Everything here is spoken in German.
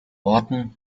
orten